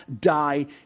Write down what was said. die